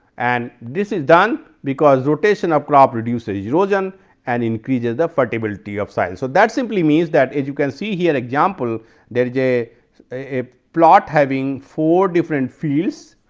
and this is done because, rotation of crop reduces erosion and increases the fertility of soil. so, that simply means that as you can see here and example there is a ah plot having four different fields.